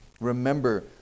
Remember